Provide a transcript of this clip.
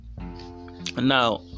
Now